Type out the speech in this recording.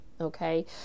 Okay